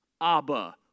Abba